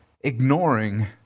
ignoring